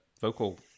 vocal